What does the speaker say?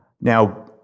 Now